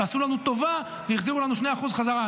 ועשו לנו טובה והחזירו לנו 2% בחזרה.